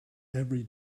every